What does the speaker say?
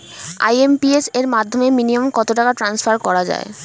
IMPS এর মাধ্যমে minimum কত টাকা ট্রান্সফার করা যায়?